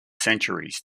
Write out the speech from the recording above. centuries